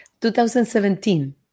2017